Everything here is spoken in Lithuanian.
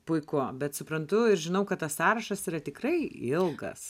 puiku bet suprantu ir žinau kad tas sąrašas yra tikrai ilgas